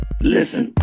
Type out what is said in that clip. Listen